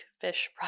fish